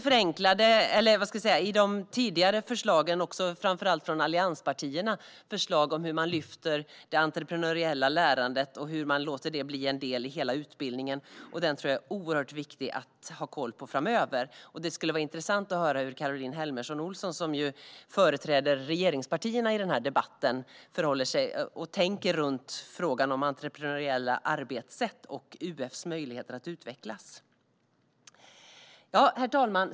Bland de tidigare förslagen, framför allt från allianspartierna, finns det förslag om hur man lyfter fram det entreprenöriella lärandet och låter det bli en del av hela utbildningen. Det tror jag är oerhört viktigt att ha koll på framöver. Det vore intressant att höra hur Caroline Helmersson Olsson, som ju företräder regeringspartierna i denna debatt, förhåller sig till och tänker om frågan om entreprenöriella arbetssätt och UF:s möjligheter att utvecklas. Herr talman!